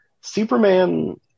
Superman